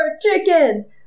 chickens